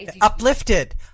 uplifted